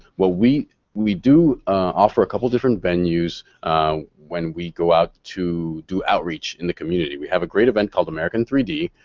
what we we do offer a couple of different venues when we go out to do outreach in the community. we have a great event called american three d,